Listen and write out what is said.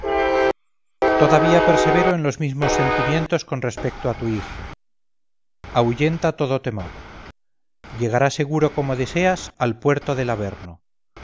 todavía persevero en los mismos sentimientos con respecto a tu hijo ahuyenta todo temor llegará seguro como deseas al puerto del averno